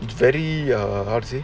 it's very uh how to say